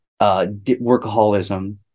workaholism